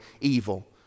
evil